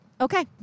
Okay